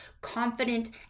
confident